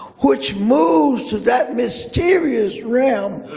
which moves to that mysterious realm,